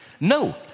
No